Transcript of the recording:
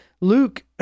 Luke